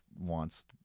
wants